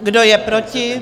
Kdo je proti?